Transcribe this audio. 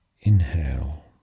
Inhale